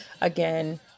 again